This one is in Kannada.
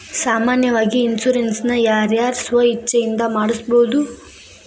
ಸಾಮಾನ್ಯಾವಾಗಿ ಇನ್ಸುರೆನ್ಸ್ ನ ಯಾರ್ ಯಾರ್ ಸ್ವ ಇಛ್ಛೆಇಂದಾ ಮಾಡ್ಸಬೊದು?